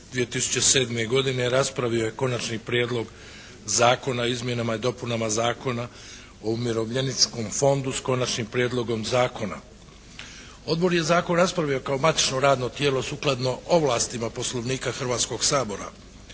2007. godine raspravio je Konačni prijedlog Zakona o izmjenama i dopunama Zakona o umirovljeničkom fondu s Konačnim prijedlogom zakona. Odbor je Zakon raspravio kao matično radno tijelo sukladno ovlastima Poslovnika Hrvatskog sabora.